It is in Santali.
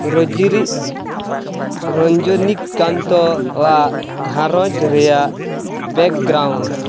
ᱨᱚᱡᱚᱨᱤ ᱨᱚᱱᱡᱚᱱᱤ ᱠᱟᱱᱛᱚᱣᱟᱜ ᱜᱷᱟᱨᱚᱸᱡᱽ ᱨᱮᱭᱟᱜ ᱵᱮᱠᱜᱨᱟᱣᱩᱱᱰ